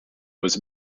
was